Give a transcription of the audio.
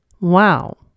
Wow